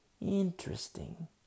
Interesting